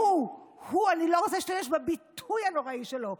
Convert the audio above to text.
שהוא, הוא, אני לא רוצה להשתמש בביטוי הנוראי שלו,